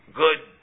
good